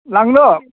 लांनो